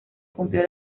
cumplió